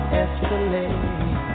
escalate